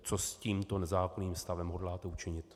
Co s tímto nezákonným stavem hodláte učinit?